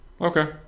Okay